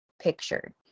picture